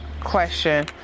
question